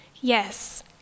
Yes